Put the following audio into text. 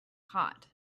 hot